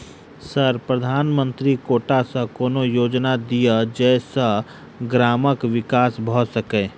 Sir प्रधानमंत्री कोटा सऽ कोनो योजना दिय जै सऽ ग्रामक विकास भऽ सकै?